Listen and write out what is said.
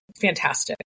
fantastic